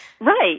Right